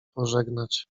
pożegnać